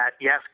yes